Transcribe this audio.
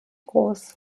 groß